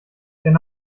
denn